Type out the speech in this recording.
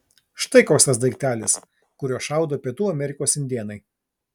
štai koks tas daiktelis kuriuo šaudo pietų amerikos indėnai